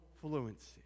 fluency